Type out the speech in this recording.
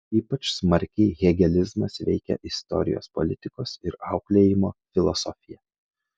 ypač smarkiai hegelizmas veikia istorijos politikos ir auklėjimo filosofiją